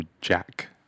Jack